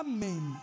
Amen